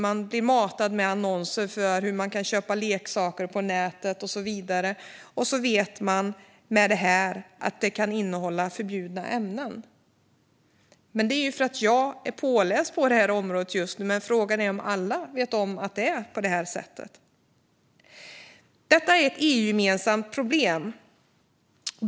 Man blir matad med annonser för hur man kan köpa leksaker på nätet och så vidare, men varorna kan innehålla förbjudna ämnen. Nu är jag själv påläst på området, men frågan är om alla har tillräcklig kunskap. Detta är ett EU-gemensamt problem.